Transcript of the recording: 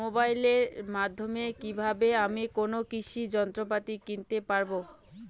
মোবাইলের মাধ্যমে কীভাবে আমি কোনো কৃষি যন্ত্রপাতি কিনতে পারবো?